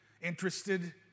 interested